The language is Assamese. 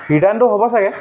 ৰিটাৰ্ণটো হ'ব চাগে